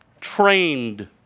trained